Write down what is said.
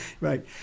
Right